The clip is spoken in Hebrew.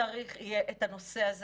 צריך יהיה את הנושא הזה